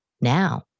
now